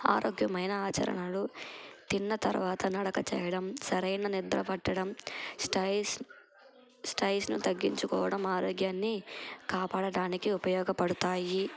ఆరోగ్యమైన ఆచరణలు తిన్న తర్వాత నడక చేయడం సరైన నిద్ర పట్టడం స్టైస్ స్ట్రెస్ను తగ్గించుకోవడం ఆరోగ్యాన్ని కాపాడటానికి ఉపయోగపడతాయి